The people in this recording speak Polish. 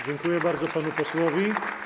Dziękuję bardzo panu posłowi.